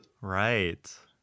Right